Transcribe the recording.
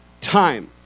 Time